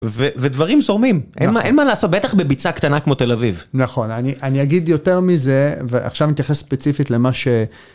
ודברים זורמים, אין מה לעשות, בטח בביצה קטנה כמו תל אביב. נכון, אני אגיד יותר מזה, ועכשיו אני אתייחס ספציפית למה ש...